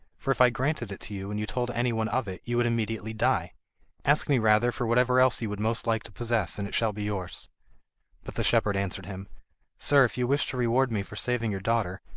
for if i granted it to you and you told any one of it, you would immediately die ask me rather for whatever else you would most like to possess, and it shall be yours but the shepherd answered him sir, if you wish to reward me for saving your daughter,